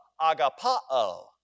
agapao